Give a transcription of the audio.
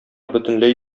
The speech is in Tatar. бөтенләй